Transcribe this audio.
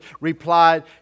replied